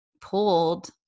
pulled